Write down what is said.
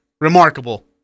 remarkable